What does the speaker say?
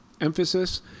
emphasis